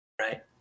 Right